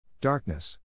Darkness